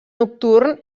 nocturn